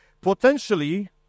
Potentially